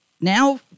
now